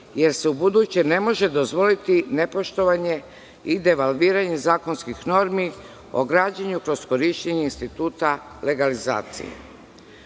jer se ubuduće ne može dozvoliti nepoštovanje i devalviranje zakonskih normi o građenju kroz korišćenje instituta legalizacije.S